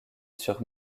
sur